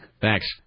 Thanks